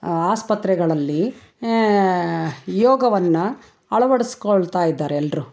ಆಸ್ಪತ್ರೆಗಳಲ್ಲಿ ಯೋಗವನ್ನು ಅಳವಡಿಸ್ಕೊಳ್ತಾ ಇದ್ದಾರೆ ಎಲ್ಲರೂ